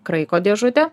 kraiko dėžutė